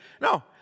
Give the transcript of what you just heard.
No